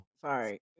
Sorry